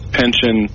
pension